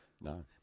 No